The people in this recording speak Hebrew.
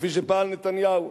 כפי שפעל נתניהו,